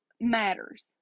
matters